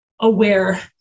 aware